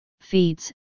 feeds